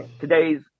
today's